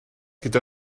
gyda